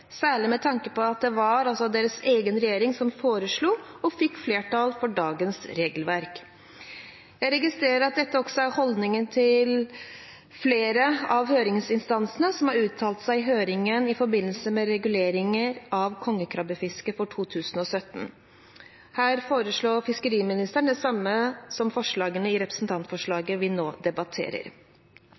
særlig med tanke på at det altså var deres egen regjering som foreslo og fikk flertall for dagens regelverk. Jeg registrerer at dette også er holdningen til flere av høringsinstansene som har uttalt seg i høringen i forbindelse med regulering av kongekrabbefisket for 2017. Her foreslår fiskeriministeren det samme som forslagene i representantforslaget vi nå debatterer.